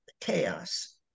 chaos